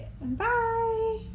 Bye